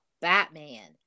Batman